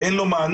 אין לו מענה,